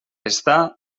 estar